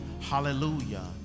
hallelujah